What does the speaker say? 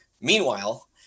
Meanwhile